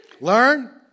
Learn